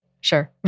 Sure